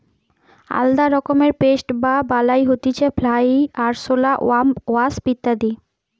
আলদা রকমের পেস্ট বা বালাই হতিছে ফ্লাই, আরশোলা, ওয়াস্প ইত্যাদি